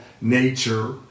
nature